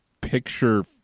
picture